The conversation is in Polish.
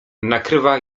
nakrywa